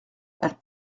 elle